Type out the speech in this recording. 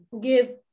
give